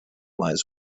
lies